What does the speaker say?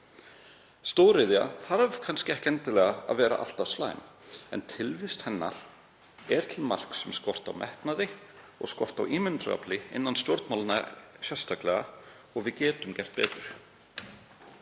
Stóriðja þarf kannski ekki endilega alltaf að vera slæm en tilvist hennar er til marks um skort á metnaði og skort á ímyndunarafli, innan stjórnmálanna sérstaklega, og við getum gert betur.